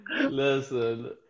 Listen